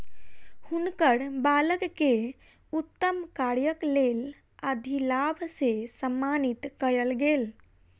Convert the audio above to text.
हुनकर बालक के उत्तम कार्यक लेल अधिलाभ से सम्मानित कयल गेल